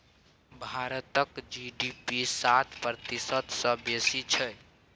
भारतक जी.डी.पी सात प्रतिशत सँ बेसी छै